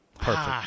perfect